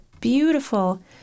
beautiful